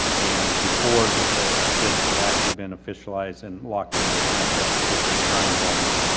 and before the, the bids have actually been officialized and locked into a contract to get their design involvement,